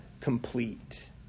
complete